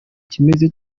kimeze